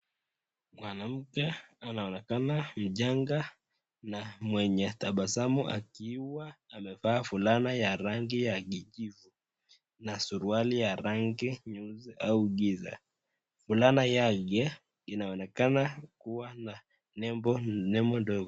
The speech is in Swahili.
Mwanamke anaonekana mchanga na mwenye tabasamu akiwa amevaa fulana ya rangi ya kijivu na suruali ya rangi nyeusi au giza. Fulana yake inaonekana kuwa na nembo ndogo.